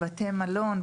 בתי מלון,